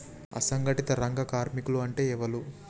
అసంఘటిత రంగ కార్మికులు అంటే ఎవలూ?